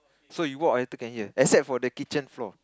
so you walk until can hear except for the kitchen floor